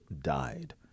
died